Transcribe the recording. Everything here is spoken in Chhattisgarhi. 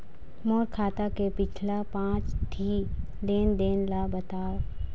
मोर खाता के पिछला पांच ठी लेन देन ला बताव?